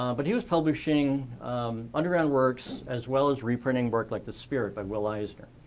um but he was publishing underground works, as well as reprinting work like the spirit by will eisner.